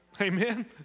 Amen